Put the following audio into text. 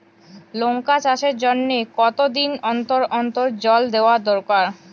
লঙ্কা চাষের জন্যে কতদিন অন্তর অন্তর জল দেওয়া দরকার?